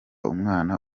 umwana